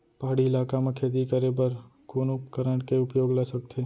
पहाड़ी इलाका म खेती करें बर कोन उपकरण के उपयोग ल सकथे?